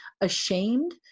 ashamed